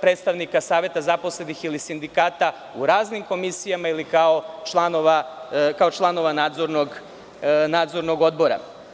predstavnika Saveta zaposlenih ili sindikata u raznim komisijama ili kao članova nadzornog odbora.